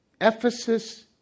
Ephesus